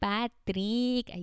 Patrick